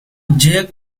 jake